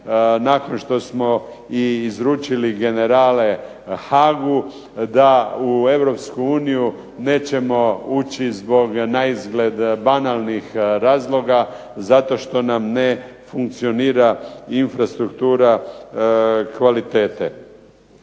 Nakon što smo i izručili generale Haagu. Da u EU nećemo ući zbog naizgled banalnih razloga, zato što nam ne funkcionira infrastruktura kvalitete.